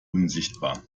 unsichtbar